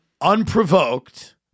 unprovoked